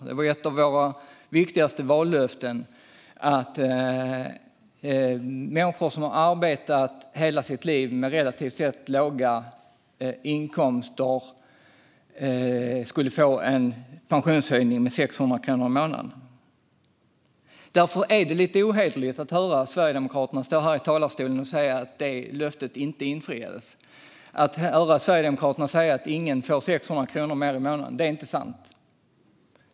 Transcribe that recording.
Det var ett av våra viktigaste vallöften att människor som har arbetat hela sitt liv med relativt sett låga inkomster skulle få en pensionshöjning med 600 kronor i månaden. Därför är det lite ohederligt att höra Sverigedemokraterna i talarstolen säga att det löftet inte har infriats. Sverigedemokraterna säger att ingen får 600 kronor mer i månaden.